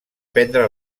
prendre